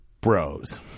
bros